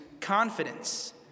confidence